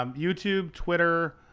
um youtube, twitter,